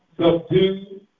subdue